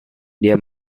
dia